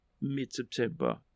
mid-September